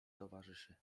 towarzyszy